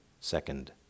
second